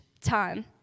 time